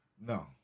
No